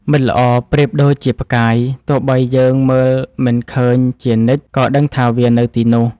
មិត្តល្អប្រៀបដូចជាផ្កាយ ទោះបីយើងមើលមិនឃើញជានិច្ច ក៏ដឹងថាវានៅទីនោះ។